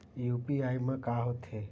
UPI मा का होथे?